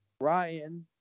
Ryan